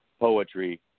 poetry